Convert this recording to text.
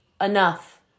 enough